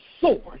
sword